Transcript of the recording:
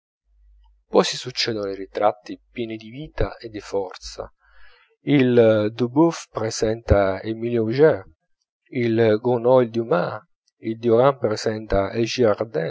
poi si succedono i ritratti pieni di vita e di forza il dubufe presenta emilio augier il gounod il dumas il durand presenta il